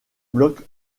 bloc